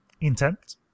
intent